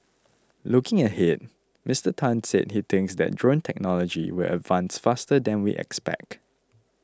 looking ahead Mister Tan said he thinks that drone technology will advance faster than we expect